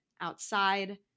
outside